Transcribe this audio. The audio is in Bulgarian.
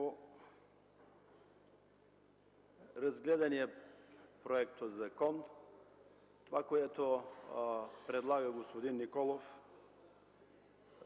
в разглеждания проектозакон това, което предлага господин Николов,